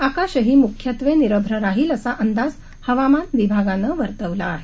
आकाशही मुख्यत्वे निरभ्र राहील असा अंदाज हवामान विभागानं वर्तवला आहे